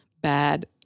bad